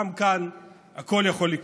גם כאן הכול יכול לקרות.